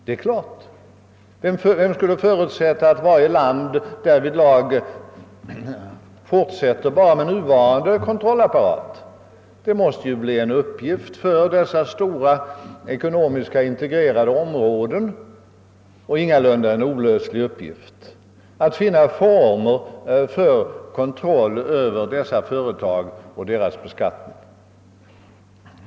Ingen kan förutsätta att varje land fortsätter bara med nuvarande kontrollapparat. Det måste bli en uppgift — och ingalunda en olöslig uppgift — för dessa stora ekonomiskt integrerade områden att finna former för kontroll och beskattning av dessa företag.